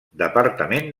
departament